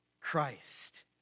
christ